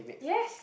yes